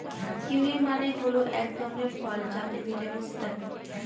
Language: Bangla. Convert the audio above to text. কিউয়ি মানে হল এক ধরনের ফল যাতে ভিটামিন সি থাকে